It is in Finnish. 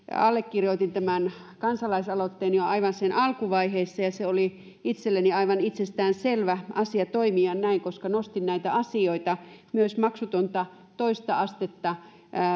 allekirjoitin tämän kansalaisaloitteen jo aivan sen alkuvaiheessa ja se oli itselleni aivan itsestäänselvä asia toimia näin koska nostin näitä asioita myös maksutonta toista astetta